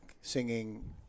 singing